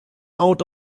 out